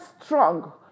strong